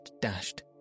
dashed